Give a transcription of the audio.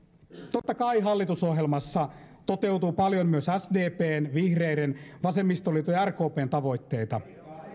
totta kai hallitusohjelmassa toteutuu paljon myös sdpn vihreiden vasemmistoliiton ja rkpn tavoitteita